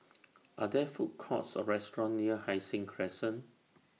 Are There Food Courts Or restaurants near Hai Sing Crescent